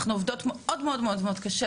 אנחנו עובדות מאוד מאוד קשה,